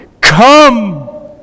Come